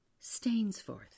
Stainsforth